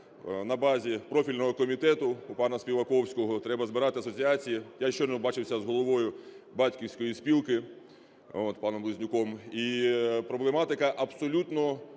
на базі профільного комітету, у панаСпіваковського, треба збирати асоціації. Я щойно бачився з головою "Батьківської спілки" от паном Близнюком. І проблематика абсолютно